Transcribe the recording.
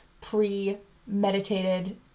pre-meditated